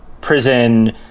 prison